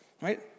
right